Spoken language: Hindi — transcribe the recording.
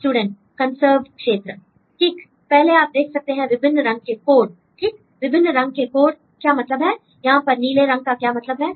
स्टूडेंट कंसर्व्ड क्षेत्र ठीक पहले आप देख सकते हैं विभिन्न रंग के कोड ठीक विभिन्न रंग के कोड का क्या मतलब है यहां पर नीले रंग का क्या मतलब है